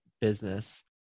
business